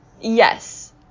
Yes